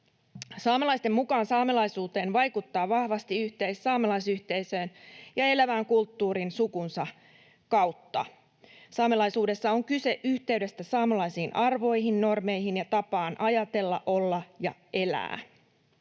Saamelaisten mukaan saamelaisuuteen vaikuttaa vahvasti yhteys saamelaisyhteisöön ja elävään kulttuuriin suvun kautta. Saamelaisuudessa on kyse yhteydestä saamelaisiin arvoihin, normeihin ja tapaan ajatella, olla ja elää.